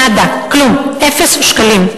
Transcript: נאדה, כלום, אפס שקלים.